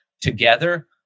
together